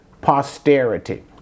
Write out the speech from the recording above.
posterity